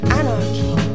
anarchy